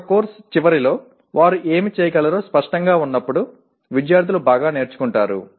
ఒక కోర్సు చివరిలో వారు ఏమి చేయగలరో స్పష్టంగా ఉన్నప్పుడు విద్యార్థులు బాగా నేర్చుకుంటారు